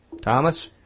Thomas